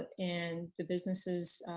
and the businesses,